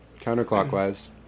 counterclockwise